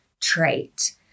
trait